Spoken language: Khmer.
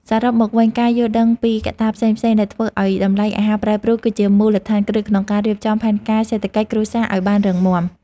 សរុបមកវិញ ការយល់ដឹងពីកត្តាផ្សេងៗដែលធ្វើឱ្យតម្លៃអាហារប្រែប្រួល គឺជាមូលដ្ឋានគ្រឹះក្នុងការរៀបចំផែនការសេដ្ឋកិច្ចគ្រួសារឱ្យបានរឹងមាំ។